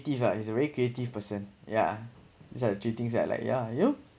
creative ah he's very creative person yeah these are the three thing I like yeah you